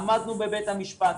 עמדנו בבית המשפט,